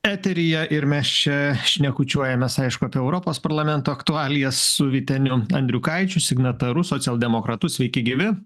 eteryje ir mes čia šnekučiuojamės aišku apie europos parlamento aktualijas su vyteniu andriukaičiu signataru socialdemokratu sveiki gyvi